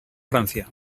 francia